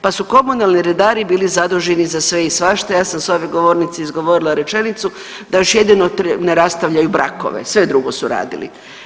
Pa su komunalni redari bili zaduženi za sve i svašta, ja sam s ove govornice izgovorila rečenicu da još jedinio te rastavljaju brakove, sve drugo su radili.